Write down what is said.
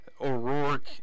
O'Rourke